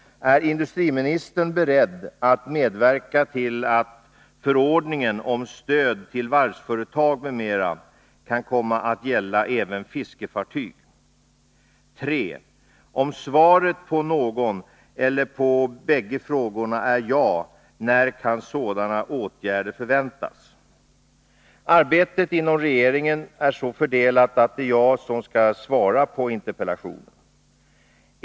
Ärindustriministern beredd att medverka till att förordningen om stöd till varvsföretag m.m. kan komma att gälla även fiskefartyg? 3. Om svaret på någon eller på bägge frågorna är ja, när kan sådana åtgärder förväntas? Arbetet inom regeringen är så fördelat att det är jag som skall svara på interpellationen.